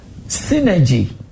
synergy